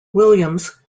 williams